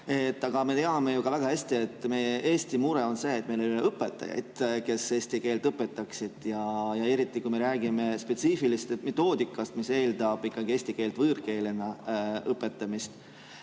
Aga me teame ju ka väga hästi, et Eesti mure on see, et meil ei ole õpetajaid, kes eesti keelt õpetaksid, eriti kui me räägime spetsiifilisest metoodikast, mida eeldab eesti keele võõrkeelena õpetamine,